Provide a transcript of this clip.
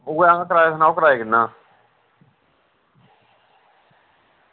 उऐ महा कराया सनाओ कराया किन्ना